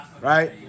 Right